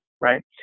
right